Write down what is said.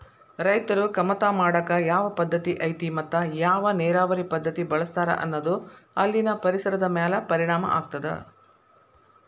ರೈತರು ಕಮತಾ ಮಾಡಾಕ ಯಾವ ಪದ್ದತಿ ಐತಿ ಮತ್ತ ಯಾವ ನೇರಾವರಿ ಪದ್ಧತಿ ಬಳಸ್ತಾರ ಅನ್ನೋದು ಅಲ್ಲಿನ ಪರಿಸರದ ಮ್ಯಾಲ ಪರಿಣಾಮ ಆಗ್ತದ